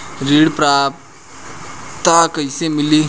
ऋण पात्रता कइसे मिली?